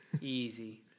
easy